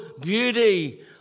beauty